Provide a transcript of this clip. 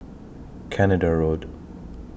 Canada Road